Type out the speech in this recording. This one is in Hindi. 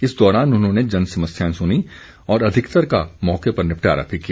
इस दौरान उन्होंने जनसमस्याएं सुनीं और अधिकतर का मौके पर निपटारा भी किया